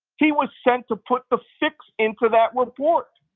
he was sent to put the fix into that report.